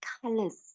colors